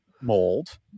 mold